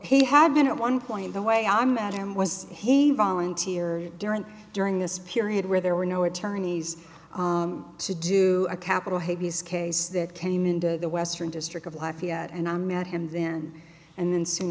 he had been at one point the way i met him was he volunteered during during this period where there were no attorneys to do a capital habeas case that came into the western district of life yet and i met him then and then soon